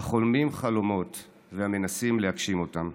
החולמים חלומות והמנסים להגשים אותם.